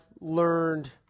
learned